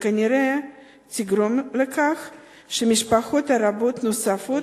וכנראה תגרום לכך שמשפחות רבות נוספות